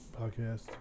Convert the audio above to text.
podcast